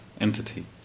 entity